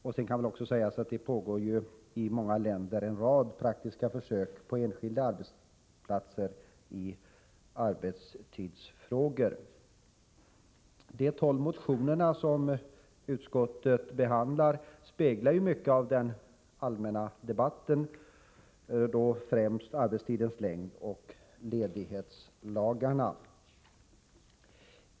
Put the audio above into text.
I många länder pågår också på enskilda arbetsplatser en rad praktiska försök när det gäller arbetstidsfrågor. De tolv motioner som utskottet behandlar speglar mycket av den allmänna debatten, då främst diskussionen om arbetstidens längd och ledighetslagarna.